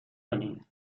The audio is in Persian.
کنید